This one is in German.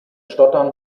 stottern